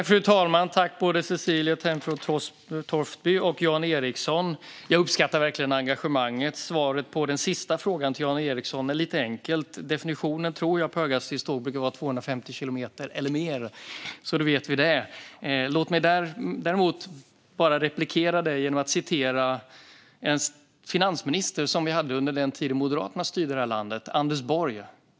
Fru talman! Jag uppskattar verkligen engagemanget hos både Cecilie Tenfjord Toftby och Jan Ericson. Svaret till Jan Ericson på den sista frågan är enkelt: Jag tror att definitionen på höghastighetståg brukar vara 250 kilometer i timmen eller mer, så då vet vi det. Låt mig sedan bara replikera genom att citera en finansminister som vi hade under den tid då Moderaterna styrde det här landet, Anders Borg.